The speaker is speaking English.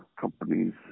companies